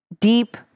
deep